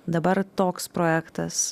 dabar toks projektas